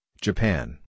Japan